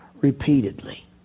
repeatedly